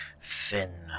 thin